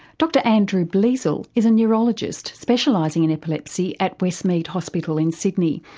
dr andrew bleasal is a neurologist specialising in epilepsy at westmead hospital in sydney,